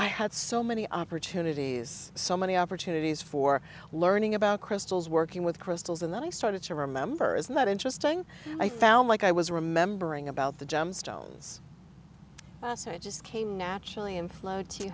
i had so many opportunities so many opportunities for learning about crystals working with crystals and then i started to remember as not interesting i found like i was remembering about the gemstones so it just came naturally and flowed to